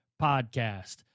podcast